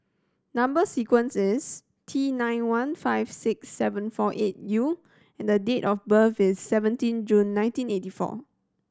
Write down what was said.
number sequence is T nine one five six seven four eight U and date of birth is seventeen June nineteen eighty four